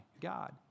God